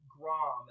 Grom